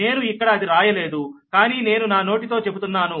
నేను ఇక్కడ అది రాయలేదు కానీ నేను నా నోటితో చెబుతున్నాను